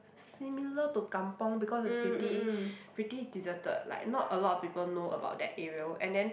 similar to kampung because it's pretty pretty deserted like not a lot of people know about that area and then